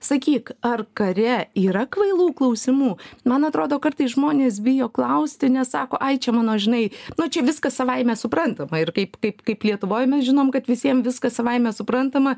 sakyk ar kare yra kvailų klausimų man atrodo kartais žmonės bijo klausti nes sako ai čia mano žinai nu čia viskas savaime suprantama ir kaip kaip kaip lietuvoj mes žinom kad visiem viskas savaime suprantama